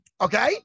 Okay